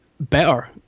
better